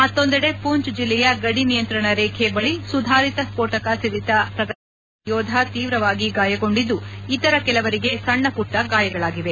ಮತ್ತೊಂದೆಡೆ ಪೂಂಚ್ ಜಿಲ್ಲೆಯ ಗಡಿ ನಿಯಂತ್ರಣ ರೇಖೆ ಬಳಿ ಸುಧಾರಿತ ಸ್ಫೋಟಕ ಸಿಡಿತ ಪ್ರಕರಣದಲ್ಲಿ ಓರ್ವ ಯೋಧ ತೀವ್ರವಾಗಿ ಗಾಯಗೊಂಡಿದ್ದು ಇತರ ಕೆಲವರಿಗೆ ಸಣ್ಣಪುಟ್ಟ ಗಾಯಗಳಾಗಿವೆ